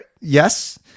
yes